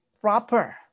proper